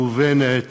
מובנת